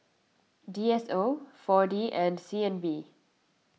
D S O four D and C N B